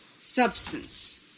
...substance